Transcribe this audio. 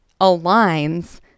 aligns